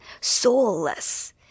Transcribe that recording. soulless